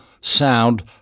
sound